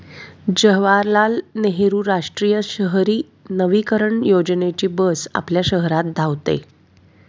जवाहरलाल नेहरू राष्ट्रीय शहरी नवीकरण योजनेची बस आपल्या शहरात धावते